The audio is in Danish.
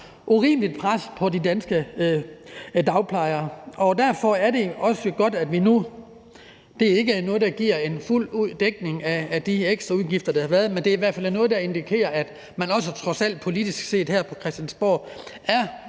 pres på de danske dagplejere. Det er ikke noget, der giver en fuld dækning af de ekstraudgifter, der har været, men det er i hvert fald noget, der indikerer, at man trods alt også politisk set her fra Christiansborg er